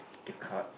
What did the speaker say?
the cards